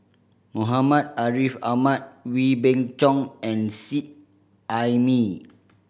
Muhammad Ariff Ahmad Wee Beng Chong and Seet Ai Mee